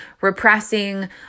repressing